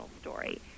story